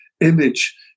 image